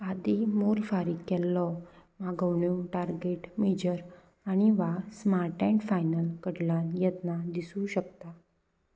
आदी मोर फारीक केल्लो मागवण्यो टार्गेट मेजर आनी वा स्मार्ट एन्ड फायनल कडल्यान यत्नां दिसूं शकता